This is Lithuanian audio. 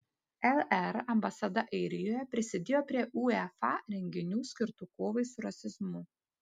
lr ambasada airijoje prisidėjo prie uefa renginių skirtų kovai su rasizmu